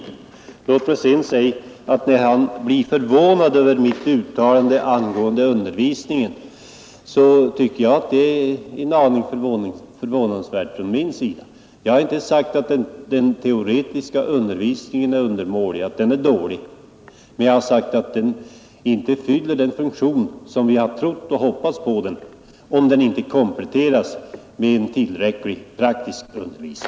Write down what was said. När utbildningsministern säger att han blir förvånad över mitt uttalande angående undervisningen, så tycker jag i min tur att det är en aning förvånansvärt. Jag har inte sagt att den teoretiska undervisningen är dålig, men jag har sagt att den inte fyller den funktion som vi har trott och hoppats på, om den inte kompletteras med en tillräcklig praktisk undervisning.